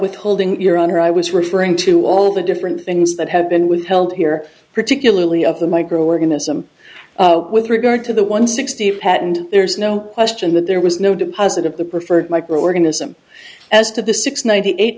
withholding your honor i was referring to all the different things that have been withheld here particularly of the microorganism with regard to the one sixty patent there's no question that there was no deposit of the preferred microorganism as to the six ninety eight